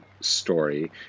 story